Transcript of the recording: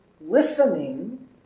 listening